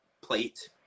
plate